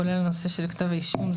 כולל הנושא של כתב האישום,